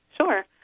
Sure